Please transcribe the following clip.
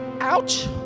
Ouch